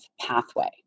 pathway